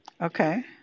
Okay